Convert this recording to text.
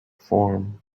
form